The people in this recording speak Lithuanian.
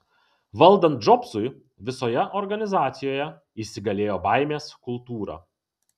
valdant džobsui visoje organizacijoje įsigalėjo baimės kultūra